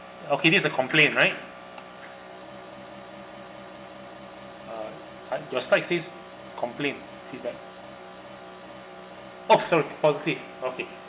okay this is a complaint right uh but your slide says complaint feedback oh sorry positive okay